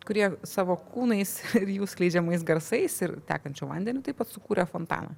kurie savo kūnais ir jų skleidžiamais garsais ir tekančiu vandeniu taip pat sukūrė fontaną